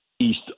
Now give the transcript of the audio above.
east